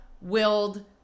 willed